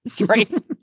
right